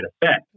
effect